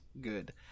good